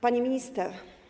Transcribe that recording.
Pani Minister!